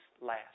last